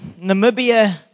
Namibia